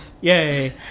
Yay